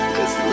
Cause